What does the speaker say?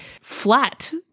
flat